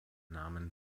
namen